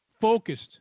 focused